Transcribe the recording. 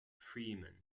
freeman